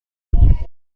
بود